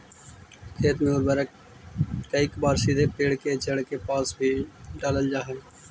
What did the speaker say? खेत में उर्वरक कईक बार सीधे पेड़ के जड़ के पास भी डालल जा हइ